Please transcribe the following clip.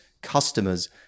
customers